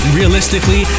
realistically